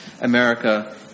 America